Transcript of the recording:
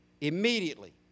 immediately